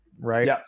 right